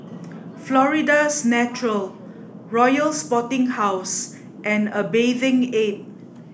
Florida's Natural Royal Sporting House and a Bathing Ape